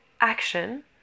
action